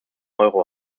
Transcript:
euro